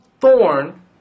thorn